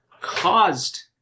caused